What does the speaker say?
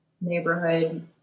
neighborhood